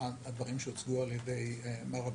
הדברים שהציג מר אביר.